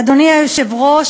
אדוני היושב-ראש,